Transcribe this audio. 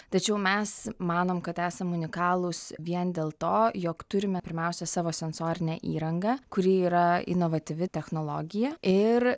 tačiau mes manom kad esam unikalūs vien dėl to jog turime pirmiausia savo sensorinę įrangą kuri yra inovatyvi technologija ir